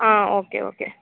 ಹಾಂ okay okay